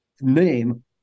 name